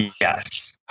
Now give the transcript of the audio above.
Yes